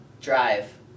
drive